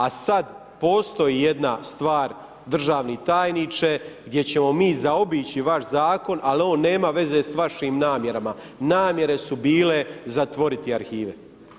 A sad postoji jedna stvar državni tajniče, gdje ćemo mi zaobići vaš zakon ali ovo nema veze sa vašim namjerama, namjere su bile zatvoriti arhive.